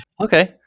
okay